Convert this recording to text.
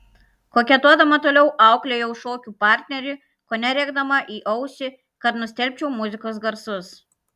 koketuodama toliau auklėjau šokių partnerį kone rėkdama į ausį kad nustelbčiau muzikos garsus